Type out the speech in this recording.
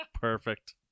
Perfect